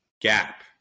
gap